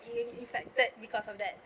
being infected because of that